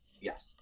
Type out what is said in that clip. Yes